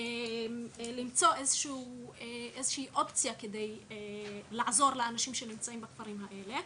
למצוא אופציה כדי לעזור לאנשים שנמצאים בכפרים האלו,